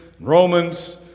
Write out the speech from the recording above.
romans